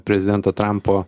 prezidento trampo